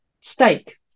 Steak